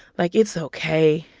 like, it's ok,